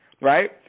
right